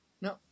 no